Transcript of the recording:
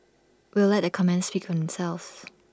we'll let the comments speak themselves